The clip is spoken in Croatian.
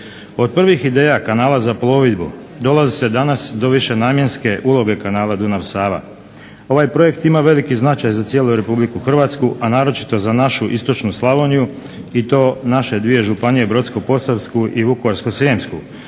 Od prvih ideja kanala za plovidbu dolazi se danas do višenamjenske uloge kanala Dunav-Sava. Ovaj projekt ima veliki značaja za cijelu Republiku Hrvatsku, a naročito za našu istočnu Slavoniju, i to naše dvije županije Brodsko-posavsku i Vukovarsko-srijemsku,